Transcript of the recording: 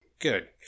Good